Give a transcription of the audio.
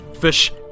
Fish